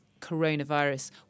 coronavirus